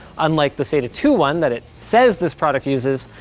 unlike the sata two one that it says this product uses.